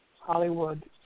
Hollywood